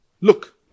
Look